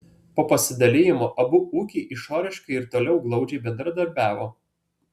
po pasidalijimo abu ūkiai išoriškai ir toliau glaudžiai bendradarbiavo